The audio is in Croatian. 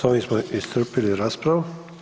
S ovim smo iscrpili raspravu.